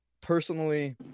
personally